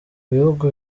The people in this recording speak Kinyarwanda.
bihugu